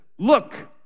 Look